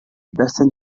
bassin